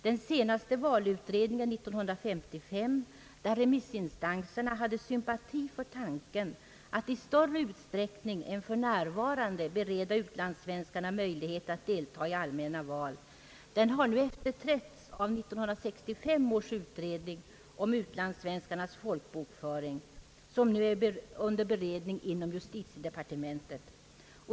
Den senaste valutredningen 1955, där remissinstanserna hade sympati för tanken att i större utsträckning än för närvarande bereda utlandssvenskarna möjlighet att delta i allmänna val, har efterträtts av 1965 års utredning om utlandssvenskarnas folkbokföring, som nu är under beredning inom justitiedepartementet.